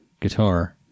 guitar